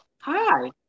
Hi